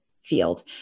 field